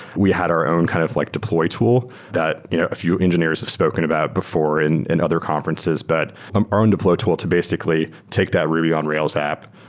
we had our own kind of like deploy tool that a few engineers have spoken about before in and other conferences, but um our own deploy tool to basically take that ruby on rails app,